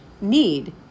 need